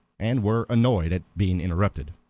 and were annoyed at being interrupted.